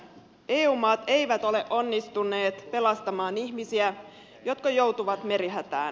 eu maat eivät ole onnistuneet pelastamaan ihmisiä jotka joutuvat merihätään